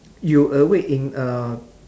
you awake in a